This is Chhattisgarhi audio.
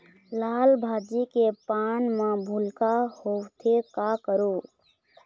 लाल भाजी के पान म भूलका होवथे, का करों?